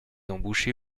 embauché